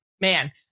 man